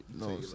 No